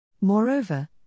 Moreover